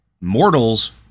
Mortals